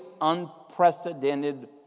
unprecedented